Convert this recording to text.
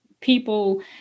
people